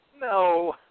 No